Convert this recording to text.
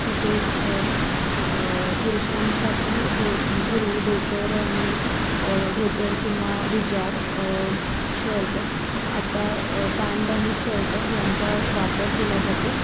तसेच पुरुषांसाठी धो पूर्वी धोतर आणि धोतर किंवा विजार शर्ट आता पॅन्ट आणि शर्ट यांचा वापर केला जातो